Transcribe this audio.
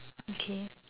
okay